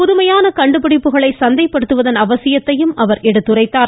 புதுமையான கண்டுபிடிப்புகளை சந்தைப்படுத்துவதன் அவசியத்தையும் அவர் எடுத்துரைத்தார்